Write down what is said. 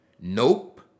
Nope